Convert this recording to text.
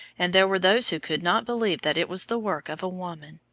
and there were those who could not believe that it was the work of a woman,